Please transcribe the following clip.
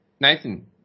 Nathan